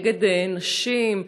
נגד נשים,